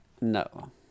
No